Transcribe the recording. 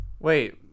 Wait